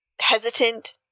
hesitant